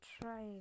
try